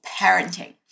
parenting